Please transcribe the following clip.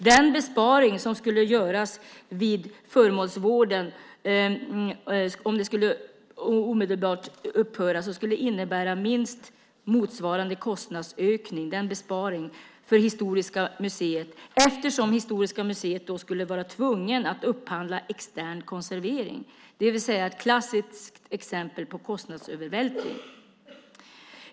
Den besparing som skulle göras om Föremålsvården omedelbart skulle upphöra skulle innebära minst motsvarande kostnadsökningar för Historiska museet eftersom Historiska museet då skulle vara tvunget att upphandla extern konservering, det vill säga ett klassiskt exempel på kostnadsövervältring.